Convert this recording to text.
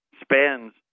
spends